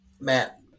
Matt